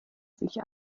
sich